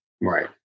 Right